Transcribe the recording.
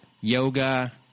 yoga